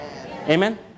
Amen